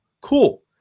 Cool